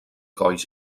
colls